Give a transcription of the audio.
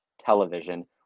television